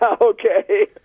Okay